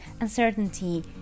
uncertainty